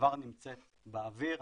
כבר נמצאת באוויר,